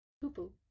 Poo-poo